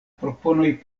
proponoj